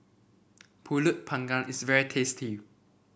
pulut Panggang is very tasty